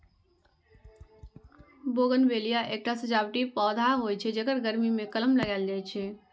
bougainvillea एकटा सजावटी पौधा होइ छै, जेकर गर्मी मे कलम लगाएल जाइ छै